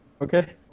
Okay